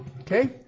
Okay